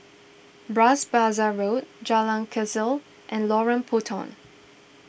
Bras Basah Road Jalan Kechil and Lorong Puntong